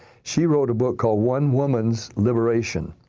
she wrote a book called one woman liberation.